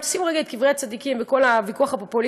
אם תשימו רגע את כל קברי הצדיקים וכל הוויכוח הפופוליסטי,